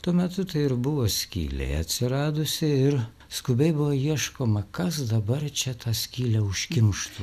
tuo metu tai ir buvo skylė atsiradusi ir skubiai buvo ieškoma kas dabar čia tą skylę užkimštų